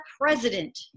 president